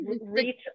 reach